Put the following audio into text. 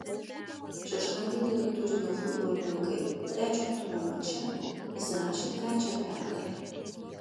šeštadienį turino futbolininkai trečio turo mače įsirašė trečią pergalę